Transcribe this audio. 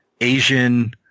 Asian